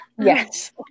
Yes